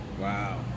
wow